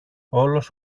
όλος